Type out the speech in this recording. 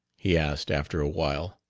he asked after a while.